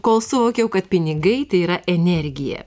kol suvokiau kad pinigai tai yra energija